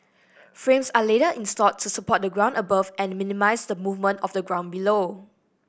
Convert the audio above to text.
frames are later installed to support the ground above and minimise the movement of the ground below